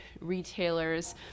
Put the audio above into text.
retailers